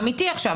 אמיתי עכשיו.